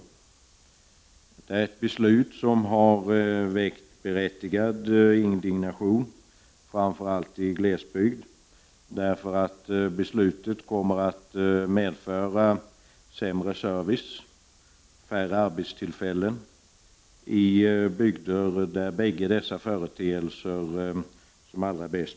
Det är ett beslut som har väckt berättigad indignation, framför allt i glesbygd, därför att beslutet kommer att medföra sämre service och färre arbetstillfällen i bygder där bägge dessa företeelser behövs allra mest.